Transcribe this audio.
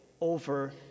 over